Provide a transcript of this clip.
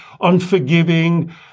unforgiving